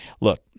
look